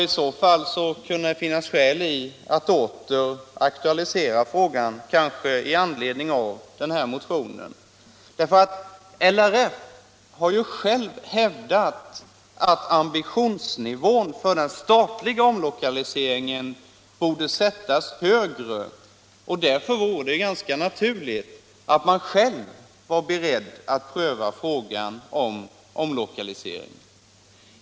I så fall kunde det finnas skäl att åter aktualisera frågan, kanske i anslutning till den nu väckta motionen. LRF har ju själv hävdat att ambitionsnivån borde sättas högre vad gäller den statliga omlokaliseringen, och därför borde det vara ganska naturligt att man själv är beredd att pröva frågan om omlokalisering.